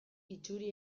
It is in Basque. itzuri